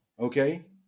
okay